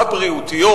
הבריאותיות,